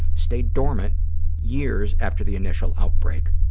stayed dormant years after the initial outbreak.